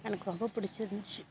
எனக்கு ரொம்ப பிடிச்சிருந்துச்சி